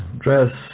dress